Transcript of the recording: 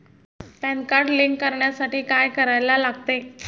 Pan card link करण्यासाठी काय करायला लागते?